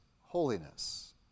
holiness